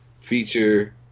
feature